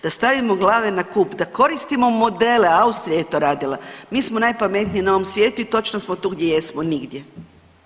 Da stavimo glave na kup, da koristimo modele, Austrija je to radila, mi smo najpametniji na ovom svijetu i točno smo tu gdje jesmo, nigdje.